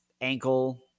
ankle